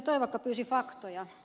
toivakka pyysi faktoja